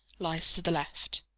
lies to the left.